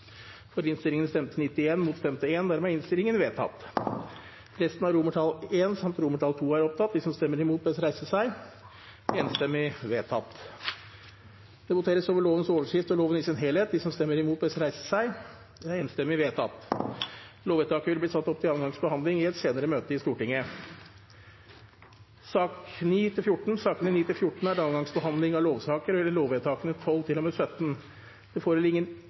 resten av I samt II. Det voteres over lovens overskrift og loven i sin helhet. Lovvedtaket vil bli satt opp til andre gangs behandling i et senere møte i Stortinget. Sakene nr. 9–14 er andre gangs behandling av lovsaker og gjelder lovvedtakene 12 til og med 17. Det foreligger